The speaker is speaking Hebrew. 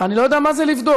אני לא יודע מה זה לבדוק.